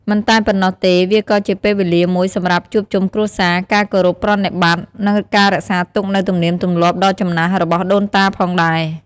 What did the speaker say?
មិនតែប៉ុណ្ណោះទេ វាក៏ជាពេលវេលាមួយសម្រាប់ជួបជុំគ្រួសារ ការគោរពប្រណិប័តន៍ និងការរក្សាទុកនូវទំនៀមទម្លាប់ដ៏ចំណាស់របស់ដូនតាផងដែរ។